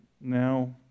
now